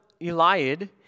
Eliad